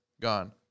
Gone